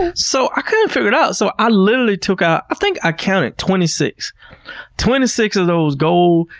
and so i couldn't figure it out. so i literally took out, i think i counted twenty six twenty six of those gold